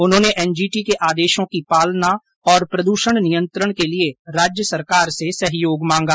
उन्होंने एनजीटी के आदेशों की पालना और प्रदूषण नियंत्रण के लिए राज्य सरकार से सहयोग मांगा